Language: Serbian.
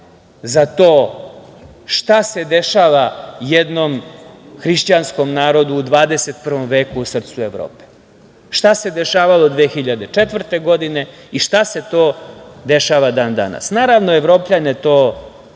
za to šta se dešava jednom hrišćanskom narodu u 21. u srcu Evrope. Šta se dešavalo 2004. godine i šta se to dešava dan danas. Naravno, Evropljane to niti je